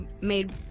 made